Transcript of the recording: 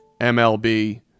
MLB